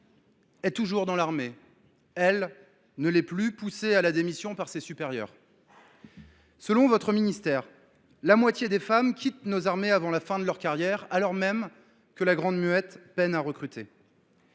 est toujours dans l’armée ; elle, elle n’y est plus, poussée à la démission par ses supérieurs. Selon votre ministère, la moitié des femmes militaires quittent nos armées avant la fin de leur carrière, alors même que la « grande muette » peine à recruter.